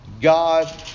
god